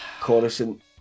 coruscant